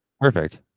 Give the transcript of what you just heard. perfect